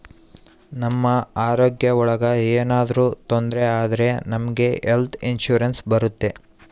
ನಮ್ ಆರೋಗ್ಯ ಒಳಗ ಏನಾದ್ರೂ ತೊಂದ್ರೆ ಆದ್ರೆ ನಮ್ಗೆ ಹೆಲ್ತ್ ಇನ್ಸೂರೆನ್ಸ್ ಬರುತ್ತೆ